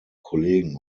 kollegen